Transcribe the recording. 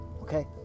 Okay